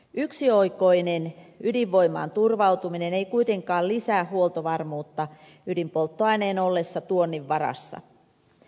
yksioikoinen ydinvoimaan turvautuminen ei kuitenkaan lisää huoltovarmuutta ydinpolttoaineen ollessa tuonnin varassa